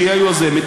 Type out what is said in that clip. שהיא היוזמת,